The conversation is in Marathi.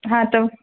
हां तर